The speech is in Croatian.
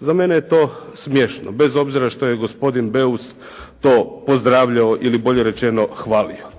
Za mene je to smiješno, bez obzira što je gospodin Beus to pozdravljao ili bolje rečeno hvalio.